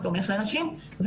חוץ מהמצלמות,